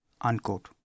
Unquote